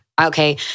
Okay